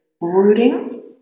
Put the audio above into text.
rooting